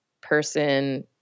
person